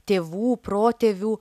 tėvų protėvių